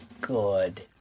good